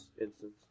instance